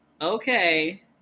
Okay